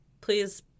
please